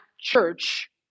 church